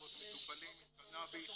מטופלים בשנה.